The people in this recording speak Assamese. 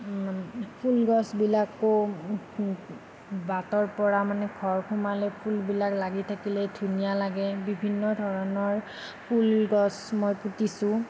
ফুলগছবিলাকো বাটৰ পৰা মানে ঘৰ সোমালে ফুলবিলাক লাগি থাকিলে ধুনীয়া লাগে বিভিন্ন ধৰণৰ ফুলগছ মই পুতিছোঁ